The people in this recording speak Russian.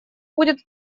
будет